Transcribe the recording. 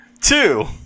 Two